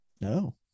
no